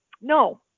no